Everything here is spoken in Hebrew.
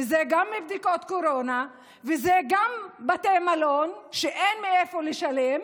גם בדיקת קורונה, גם בתי מלון, שאין מאיפה לשלם,